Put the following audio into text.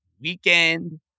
weekend